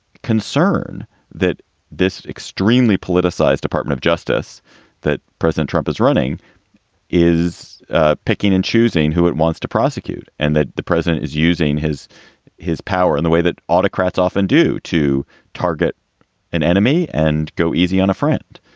concern that this extremely politicized department of justice that president trump is running is ah picking and choosing who it wants to prosecute and that the president is using his his power and the way that autocrat's often do to target an enemy and go easy on a friend.